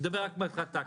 אני מדבר רק מבחינה טקטית.